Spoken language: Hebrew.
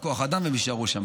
מבחינת כוח אדם, והם יישארו שם.